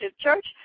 Church